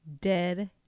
Dead